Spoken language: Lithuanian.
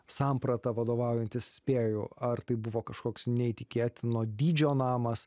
samprata vadovaujantis spėju ar tai buvo kažkoks neįtikėtino dydžio namas